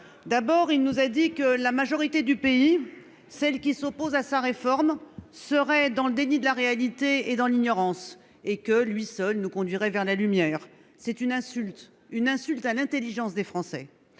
D'abord, il nous a dit que la majorité du pays, celle qui s'oppose à sa réforme, serait dans le déni de la réalité et dans l'ignorance- et que lui seul nous conduirait vers la lumière. C'est une insulte à l'intelligence des Français.